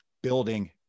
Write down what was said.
building